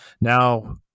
Now